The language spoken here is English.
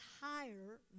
higher